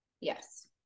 Yes